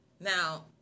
Now